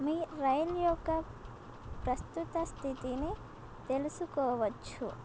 మీ rail యొక్క ప్రస్తుత స్థితిని తెలుసుకోవచ్చు